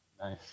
Nice